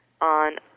on